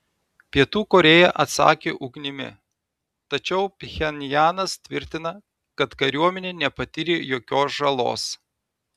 pietų korėja atsakė ugnimi tačiau pchenjanas tvirtina kad kariuomenė nepatyrė jokios žalos